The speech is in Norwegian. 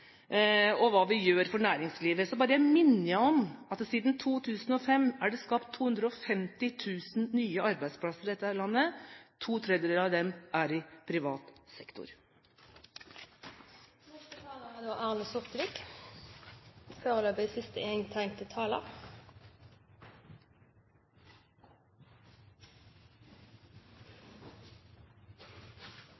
og hva vi gjør for næringslivet, bare minner jeg om at det siden 2005 er skapt 250 000 nye arbeidsplasser i dette landet, to tredjedeler av dem er i privat sektor. Jeg skal forsøke å la være å hisse opp noen, slik at det blir siste